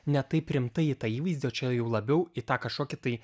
ne taip rimtai į tą įvaizdį o čia jau labiau į tą kažkokį tai